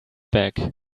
back